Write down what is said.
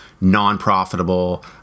non-profitable